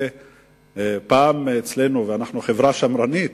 אנחנו חברה שמרנית,